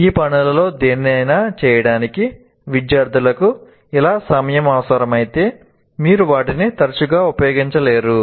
ఈ పనులలో దేనినైనా చేయడానికి విద్యార్థులకు చాలా సమయం అవసరమైతే మీరు వాటిని తరచుగా ఉపయోగించలేరు